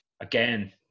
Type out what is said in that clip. again